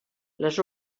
les